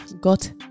got